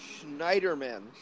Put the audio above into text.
Schneiderman